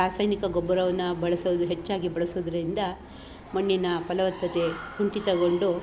ರಾಸಾಯನಿಕ ಗೊಬ್ಬರವನ್ನು ಬಳಸೋದು ಹೆಚ್ಚಾಗಿ ಬಳಸೋದ್ರಿಂದ ಮಣ್ಣಿನ ಫಲವತ್ತತೆ ಕುಂಠಿತಗೊಂಡು